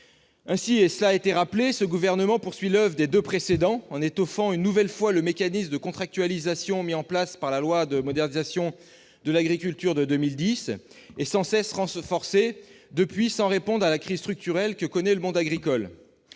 Ainsi, comme cela a été rappelé, le Gouvernement poursuit l'oeuvre des deux précédents gouvernements en étoffant une nouvelle fois le mécanisme de contractualisation mis en place par la loi de 2010 de modernisation de l'agriculture et de la pêche, sans cesse renforcé depuis lors, sans répondre à la crise structurelle que connaît le monde agricole.